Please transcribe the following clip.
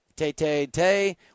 Tay-tay-tay